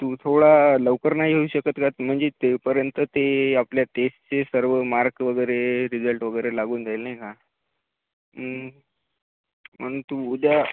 तू थोडा लवकर नाही येऊ शकत का म्हणजे तेपर्यंत ते आपल्या टेस्टचे सर्व मार्क वगैरे रिझल्ट वगैरे लागून जाईल नाही का पण तू उद्या